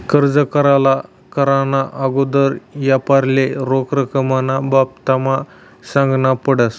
कर्ज करार कराना आगोदर यापारीले रोख रकमना बाबतमा सांगनं पडस